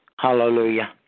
Hallelujah